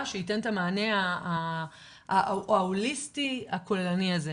שייתן את המענה ההוליסטי הכוללני הזה.